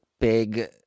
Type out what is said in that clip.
big